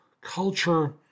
culture